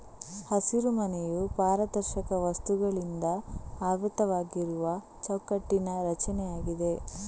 ಹಸಿರುಮನೆಯು ಪಾರದರ್ಶಕ ವಸ್ತುಗಳಿಂದ ಆವೃತವಾಗಿರುವ ಚೌಕಟ್ಟಿನ ರಚನೆಯಾಗಿದೆ